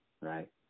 right